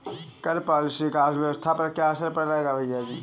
कर पॉलिसी का अर्थव्यवस्था पर क्या असर पड़ता है, भैयाजी?